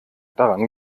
daran